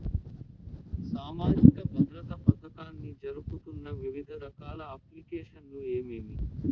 సామాజిక భద్రత పథకాన్ని జరుపుతున్న వివిధ రకాల అప్లికేషన్లు ఏమేమి?